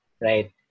right